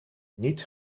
niet